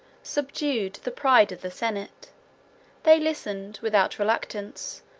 subdued the pride of the senate they listened, without reluctance,